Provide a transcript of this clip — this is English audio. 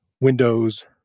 windows